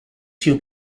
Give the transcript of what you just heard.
few